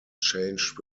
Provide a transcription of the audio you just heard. changed